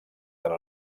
tant